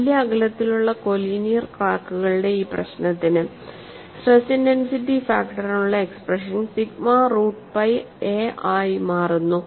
തുല്യ അകലത്തിലുള്ള കോലീനിയർ ക്രാക്കുകളുടെ ഈ പ്രശ്നത്തിന് സ്ട്രെസ് ഇന്റെൻസിറ്റി ഫാക്ടറിനുള്ള expression sigma root pi a ആയി മാറുന്നു